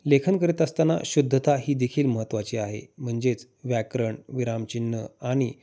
लेखन करत असताना शुद्धता ही देखील महत्त्वाची आहे म्हणजेच व्याकरण विरामचिन्ह आणि